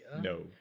No